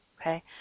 Okay